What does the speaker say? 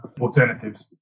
alternatives